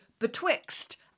BETWIXT